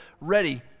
ready